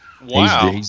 Wow